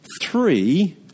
three